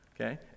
Okay